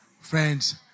Friends